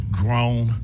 grown